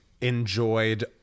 enjoyed